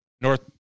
North